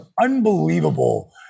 unbelievable